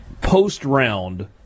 Post-round